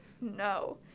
no